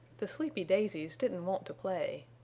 the sleepy daisies didn't want to play.